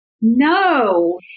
No